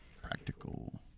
Practical